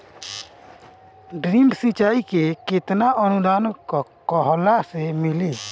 Drip सिंचाई मे केतना अनुदान कहवा से मिली?